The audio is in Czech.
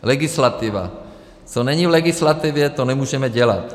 Legislativa co není v legislativě, to nemůžeme dělat.